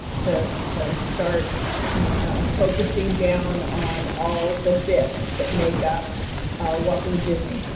to to start focusing down on all the bits that make up what we're doing.